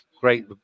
Great